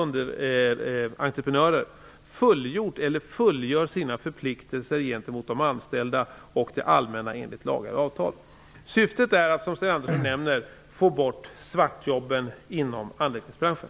underentreprenörer har fullgjort eller fullgör sina förpliktelser gentemot de anställda och det allmänna enligt lagar och avtal. Syftet är att, som Sten Andersson nämner, få bort svartjobben inom anläggningsbranschen.